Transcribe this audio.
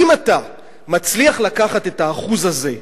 אם אתה מצליח לקחת את ה-1% הזה,